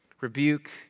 rebuke